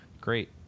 great